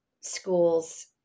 schools